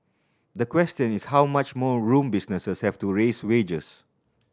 the question is how much more room businesses have to raise wages